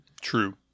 True